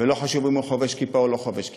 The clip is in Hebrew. ולא חשוב אם הוא חובש כיפה או לא חובש כיפה.